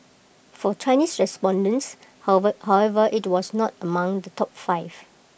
for Chinese respondents however IT was not among the top five